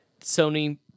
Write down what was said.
Sony